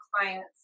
clients